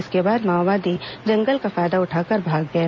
इसके बाद माओवादी जंगल का फायदा उठाकर भाग गए